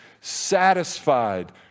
satisfied